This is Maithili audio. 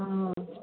हमर है